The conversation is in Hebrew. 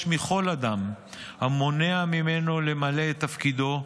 מכל אדם המונע ממנו למלא את תפקידו,